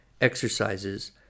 exercises